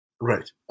Right